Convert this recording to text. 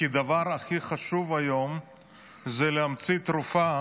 כי הדבר הכי חשוב היום זה להמציא תרופה